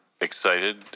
excited